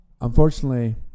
unfortunately